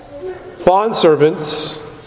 Bondservants